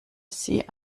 sie